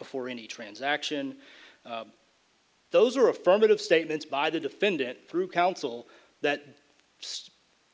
before any transaction those are affirmative statements by the defendant through counsel that